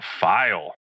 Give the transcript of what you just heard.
file